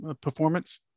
performance